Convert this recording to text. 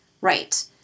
Right